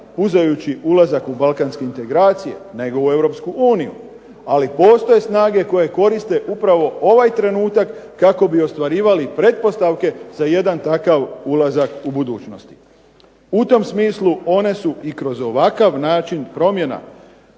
puzajući ulazak u balkanske integracije nego u Europsku uniju, ali postoje snage koje koriste upravo ovaj trenutak kako bi ostvarivali pretpostavke za jedan takav ulazak u budućnost. U tom smislu one su i kroz ovakav način promjena